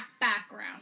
background